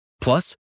Plus